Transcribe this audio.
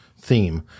theme